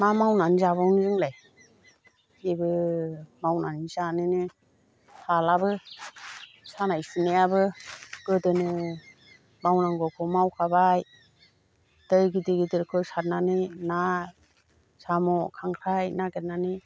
मा मावनानै जाबावनो जोंलाय जेबो मावनानै जानोनो हालाबो सानाय सुनायाबो गोदोनो मावनांगौखौ मावखाबाय दै गिदिर गिदिरखौ सारनानै ना साम' खांख्राइ नागिरनानै